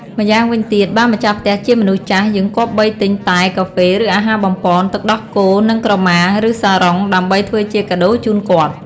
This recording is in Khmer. ម្យ៉ាងវិញទៀតបើម្ចាស់ផ្ទះជាមនុស្សចាស់យើងគប្បីទិញ តែ កាហ្វេ ឬអាហារបំប៉ន ទឹកដោះគោរនិងក្រម៉ា ឬសារ៉ុងដើម្បីធ្វើជាកាដូរជូនគាត់។